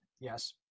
Yes